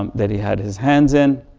um that he had his hands in,